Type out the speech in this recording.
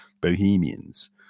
bohemians